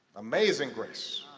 amazing grace.